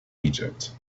egypt